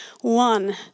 One